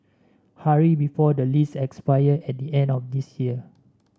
hurry before the lease expire at the end of this year